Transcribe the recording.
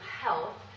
health